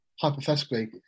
hypothetically